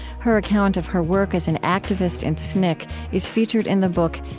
her account of her work as an activist in sncc is featured in the book,